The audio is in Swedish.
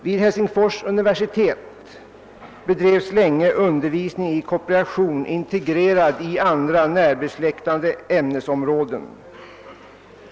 Vid Helsingfors universitet bedrevs länge undervisning i kooperation integrerad med undervisning i andra närbesläktade ämnesområden.